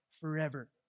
forever